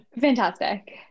fantastic